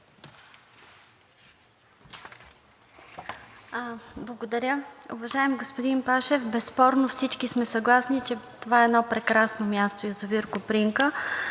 Благодаря. Уважаеми господин Пашев, безспорно всички сме съгласни, че това е едно прекрасно място – язовир „Копринка“,